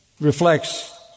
reflects